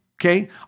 okay